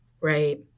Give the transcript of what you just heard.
Right